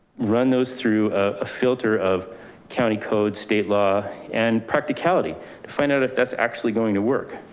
run those through a filter of county code, state law, and practicality to find out if that's actually going to work.